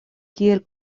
kiel